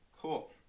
Cool